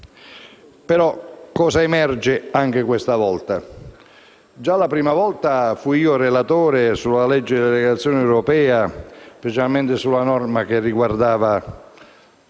cosa emerge anche questa volta? Già la prima volta (fui io relatore sulla legge di delegazione europea) approvammo la norma che riguardava